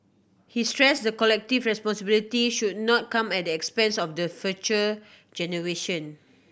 he stressed the collective responsibility should not come at the expense of the future generation